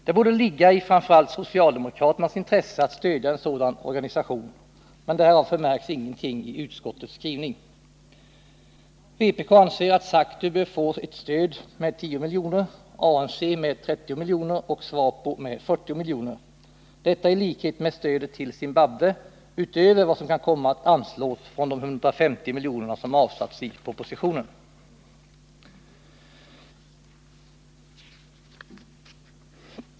Det borde ligga i framför allt socialdemokraternas intresse att stödja en sådan organisation, men därav förmärks ingenting i utskottets skrivning. Vpk anser att SACTU bör få stöd med 10 miljoner, ANC med 30 miljoner och SWAPO med 40 miljoner — detta, i likhet med stödet till Zimbabwe, utöver vad som kan komma att anslås från de 150 miljoner som avsatts i propositionen.